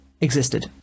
existed